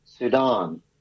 Sudan